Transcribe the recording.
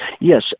yes